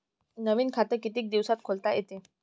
नवीन खात कितीक दिसात खोलता येते?